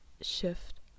shift